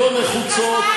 לא נחוצות,